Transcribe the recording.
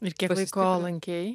ir kiek laiko lankei